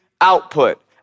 output